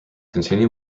continue